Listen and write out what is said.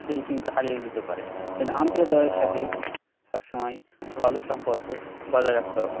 সেই টিমকে হারিয়ে দিতে পারে যেন আম্পায়ার দ্বয়ের সাথে সব সময় ভালো সম্পর্ক বাজায় রাখতে হবে